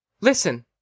Listen